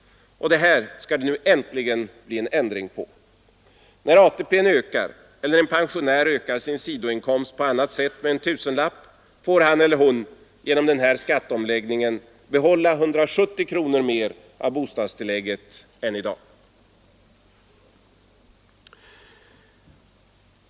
Det här skall det nu äntligen bli ändring på. När ATP ökar eller när en pensionär ökar sin sidoinkomst på annat sätt med en tusenlapp får han eller hon genom skatteomläggningen behålla 170 kronor mer av bostadstillägget än för närvarande.